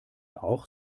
auch